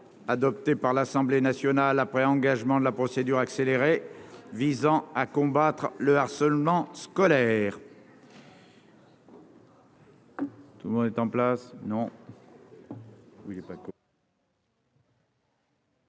adoptée par l'Assemblée nationale après engagement de la procédure accélérée visant à combattre le harcèlement scolaire.